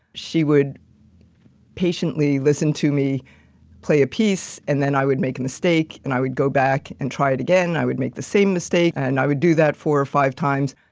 she would patiently listen to me play a piece, and then i would make a mistake. and i would go back and try it again, i would make the same mistake. and i would do that four or five times.